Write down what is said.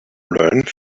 learned